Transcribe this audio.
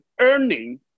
earning